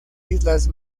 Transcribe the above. islas